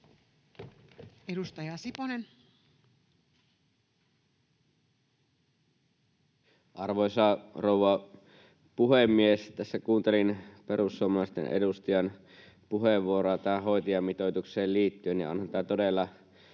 20:26 Content: Arvoisa rouva puhemies! Tässä kuuntelin perussuomalaisten edustajan puheenvuoroa tähän hoitajamitoitukseen liittyen,